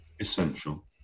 Essential